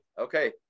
Okay